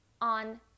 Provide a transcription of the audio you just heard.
on